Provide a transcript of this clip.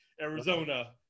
Arizona